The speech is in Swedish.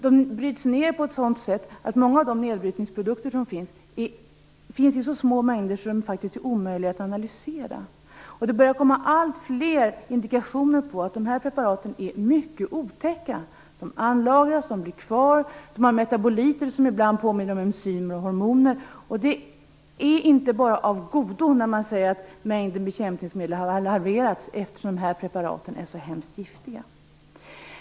De bryts ned på ett sådant sätt att nedbrytningsprodukterna finns i så små mängder att de är omöjliga att analysera. Det börjar komma alltfler indikationer på att de här preparaten är mycket otäcka. De anlagras, de blir kvar och de har metaboliter som ibland påminner om enzymer och hormoner. Så det är inte enbart av godo att mängden bekämpningsmedel har halverats eftersom preparaten är så hemskt giftiga.